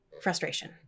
frustration